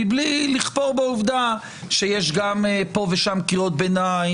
מבלי לכפור בעובדה שיש גם קריאות ביניים פה ושם,